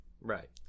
Right